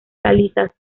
calizas